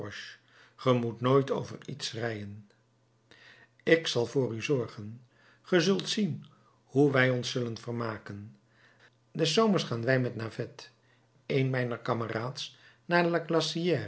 ge moet nooit over iets schreien ik zal voor u zorgen ge zult zien hoe wij ons zullen vermaken des zomers gaan wij met navet een mijner kameraads naar